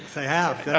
so have. yeah